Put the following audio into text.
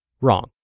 wrong